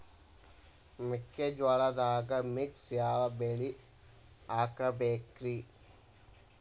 ಮೆಕ್ಕಿಜೋಳದಾಗಾ ಮಿಕ್ಸ್ ಯಾವ ಬೆಳಿ ಹಾಕಬೇಕ್ರಿ?